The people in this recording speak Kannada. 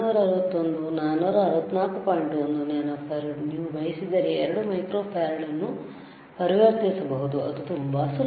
1 ನ್ಯಾನೊ ಫ್ಯಾರಡ್ ನೀವು ಬಯಸಿದರೆ 2 ಮೈಕ್ರೋಫಾರ್ಡ್ ಅನ್ನು ಪರಿವರ್ತಿಸಬಹುದು ಅದು ತುಂಬಾ ಸುಲಭ